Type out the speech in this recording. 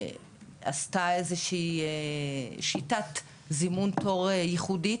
עשתה איזה שהיא שיטת זימון תור ייחודית.